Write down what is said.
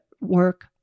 work